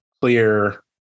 clear